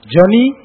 Johnny